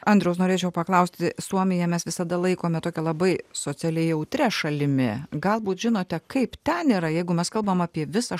andriau norėčiau paklausti suomiją mes visada laikome tokią labai socialiai jautria šalimi galbūt žinote kaip ten yra jeigu mes kalbam apie visą